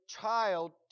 child